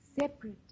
separate